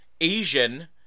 Asian